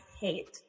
hate